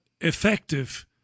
effective